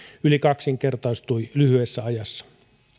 yli kaksinkertaistui lyhyessä ajassa